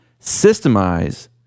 Systemize